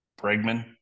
Bregman